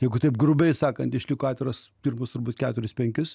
jeigu taip grubiai sakant išliko atviras pirmus turbūt keturis penkis